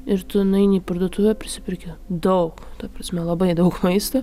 ir tu nueini į parduotuvę prisiperki daug ta prasme labai daug maisto